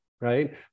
right